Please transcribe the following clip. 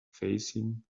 facing